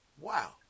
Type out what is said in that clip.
Wow